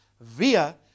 via